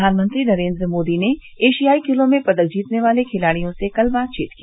प्रधानमंत्री नरेन्द्र मोदी ने एशियाई खेलों में पदक जीतने वाले खिलाड़ियों से कल बातचीत की